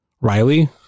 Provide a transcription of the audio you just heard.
Riley